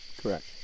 Correct